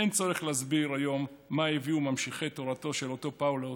"אין צורך להסביר היום מה הביאו ממשיכי תורתו של אותו פאולוס